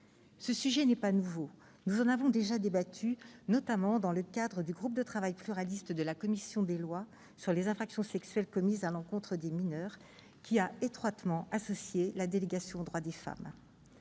Ce sujet n'est pas nouveau. Nous en avons déjà débattu, notamment dans le cadre du groupe de travail pluraliste de la commission des lois sur les infractions sexuelles commises à l'encontre des mineurs, qui a étroitement associé la délégation aux droits des femmes